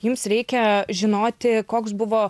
jums reikia žinoti koks buvo